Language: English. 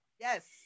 yes